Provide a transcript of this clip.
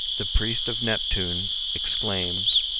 the priest of neptune exclaims,